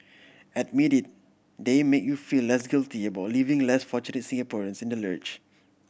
admit it they make you feel less guilty about leaving less fortunate Singaporeans in the lurch